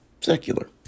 secular